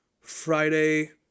Friday